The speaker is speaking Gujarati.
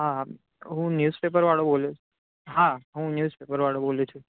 હા હું ન્યૂઝપેપર વાળો બોલું છું હા હું ન્યૂઝપેપર વાળો બોલું છું